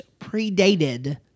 predated